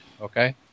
Okay